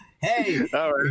Hey